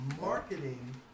Marketing